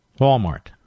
Walmart